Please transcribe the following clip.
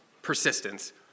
persistence